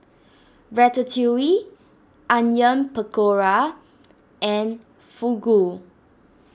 Ratatouille Onion Pakora and Fugu